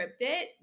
scripted